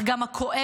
אך גם הכואבת